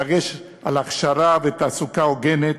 בדגש על הכשרה ותעסוקה הוגנת,